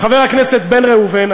חבר הכנסת בן ראובן,